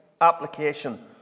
application